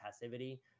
passivity